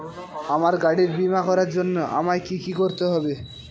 আমার গাড়ির বীমা করার জন্য আমায় কি কী করতে হবে?